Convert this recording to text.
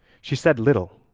she said little,